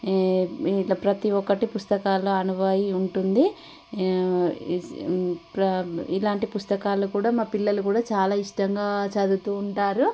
ఇలా ప్రతీ ఒక్కటి పుస్తకాల్లో అనువై ఉంటుంది ఇలాంటి పుస్తకాలు కూడా మా పిల్లలు కూడా చాలా ఇష్టంగా చదువుతూ ఉంటారు